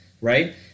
right